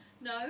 No